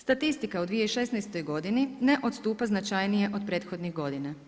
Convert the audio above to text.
Statistika u 2016. godini ne odstupa značajnije od prethodnih godina.